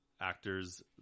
actors